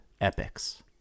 epics